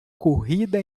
corrida